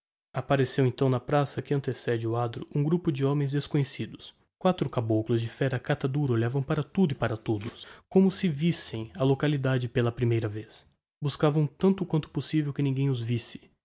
appareceu então na praça que antecede o adro um grupo de homens desconhecidos quatro caboclos de féra catadura olhavam para tudo e para todos como se visitassem a localidade pela vez primeira buscavam tanto quanto possivel que ninguem os visse